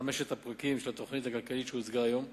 לחמשת הפרקים של התוכנית הכלכלית שהוצגה היום,